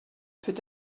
peut